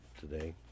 today